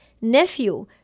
nephew